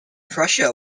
prussia